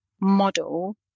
model